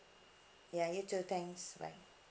ya you too thanks bye